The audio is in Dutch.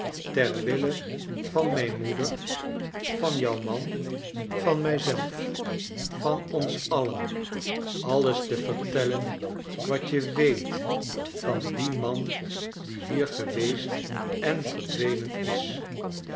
ter wille van mijn moeder van jou man van mij zelf van ons alien alios te vertellen wat je weet van dien man die hier geweest en verdwenen is